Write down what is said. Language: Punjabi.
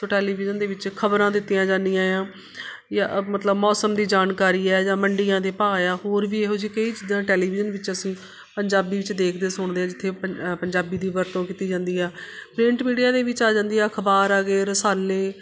ਸੋ ਟੈਲੀਵਿਜ਼ਨ ਦੇ ਵਿੱਚ ਖਬਰਾਂ ਦਿੱਤੀਆਂ ਜਾਂਦੀਆਂ ਆ ਜਾਂ ਮਤਲਬ ਮੌਸਮ ਦੀ ਜਾਣਕਾਰੀ ਹੈ ਜਾਂ ਮੰਡੀਆਂ ਦੇ ਭਾਅ ਆ ਹੋਰ ਵੀ ਇਹੋ ਜਿਹੀ ਕਈ ਚੀਜ਼ਾਂ ਟੈਲੀਵਿਜ਼ਨ ਵਿੱਚ ਅਸੀਂ ਪੰਜਾਬੀ ਵਿੱਚ ਦੇਖਦੇ ਸੁਣਦੇ ਹਾਂ ਜਿੱਥੇ ਪੰ ਪੰਜਾਬੀ ਦੀ ਵਰਤੋਂ ਕੀਤੀ ਜਾਂਦੀ ਆ ਪਰਿੰਟ ਮੀਡੀਆ ਦੇ ਵਿੱਚ ਆ ਜਾਂਦੀ ਆ ਅਖ਼ਬਾਰ ਆ ਗਏ ਰਸਾਲੇ